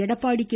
Edappadi K